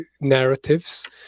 narratives